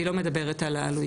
אני לא מדברת על העלויות.